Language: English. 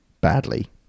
badly